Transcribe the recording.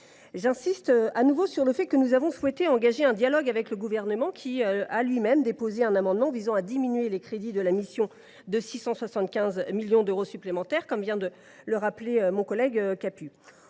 J’insiste de nouveau sur le fait que nous avons souhaité engager un dialogue avec le Gouvernement, qui a lui même déposé un amendement visant à diminuer les crédits de la mission de 675 millions d’euros supplémentaires. Autant le dire franchement,